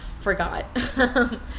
forgot